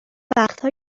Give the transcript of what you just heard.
وقتها